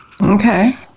Okay